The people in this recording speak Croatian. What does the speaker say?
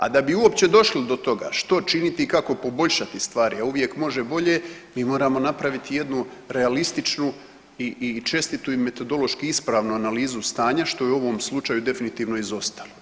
A da bi uopće došli do toga što činiti i kako poboljšati stvari, a uvijek može bolje mi moramo napraviti jednu realističnu i čestitu i metodološki ispravnu analizu stanja što je u ovom slučaju definitivno izostalo.